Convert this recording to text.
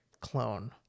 clone